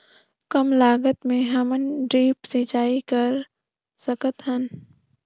कम लागत मे हमन ड्रिप सिंचाई कर सकत हन?